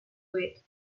with